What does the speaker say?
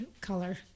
color